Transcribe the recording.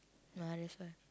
ya that's why